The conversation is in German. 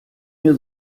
mir